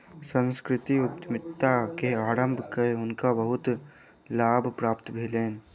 सांस्कृतिक उद्यमिता के आरम्भ कय हुनका बहुत लाभ प्राप्त भेलैन